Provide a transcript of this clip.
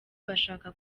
bashaka